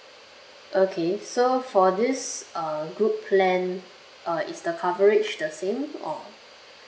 okay so for this uh group plan uh is the coverage the same or